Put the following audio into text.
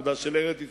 כבודה של ארץ-ישראל,